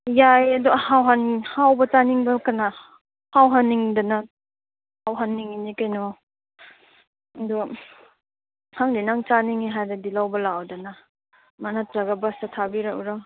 ꯌꯥꯏꯌꯦ ꯑꯗꯣ ꯍꯥꯎꯕ ꯆꯥꯅꯤꯡꯕ꯭ꯔꯣ ꯀꯅꯥ ꯍꯥꯎꯍꯟꯅꯤꯡꯗꯅ ꯍꯥꯎꯍꯟꯅꯤꯡꯉꯤꯅꯤ ꯀꯩꯅꯣ ꯑꯗꯨꯈꯪꯗꯦ ꯅꯪ ꯆꯥꯅꯤꯡꯏ ꯍꯥꯏꯔꯗꯤ ꯂꯧꯕ ꯂꯥꯛꯑꯣꯗꯅ ꯅꯠꯇ꯭ꯔꯒ ꯕꯁꯇ ꯊꯥꯕꯤꯔꯛꯎꯔꯣ